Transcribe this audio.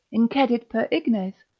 incedit per ignes,